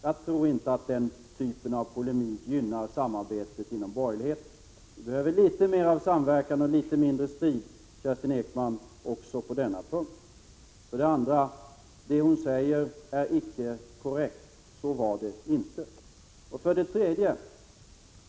Jag tror inte att denna typ av polemik gynnar samarbetet inom borgerligheten. Vi behöver litet mer av samverkan och litet mindre av strid också på denna punkt, Kerstin Ekman. 2. Det hon säger är icke korrekt — så var det inte. 3.